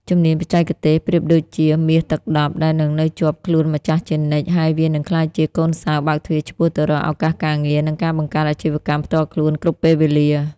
ជំនាញបច្ចេកទេសប្រៀបដូចជា «មាសទឹកដប់» ដែលនឹងនៅជាប់ខ្លួនម្ចាស់ជានិច្ច ហើយវានឹងក្លាយជាកូនសោរបើកទ្វារឆ្ពោះទៅរកឱកាសការងារ និងការបង្កើតអាជីវកម្មផ្ទាល់ខ្លួនគ្រប់ពេលវេលា។